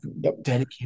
dedicated